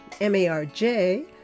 M-A-R-J